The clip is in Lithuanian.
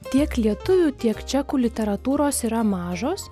tiek lietuvių tiek čekų literatūros yra mažos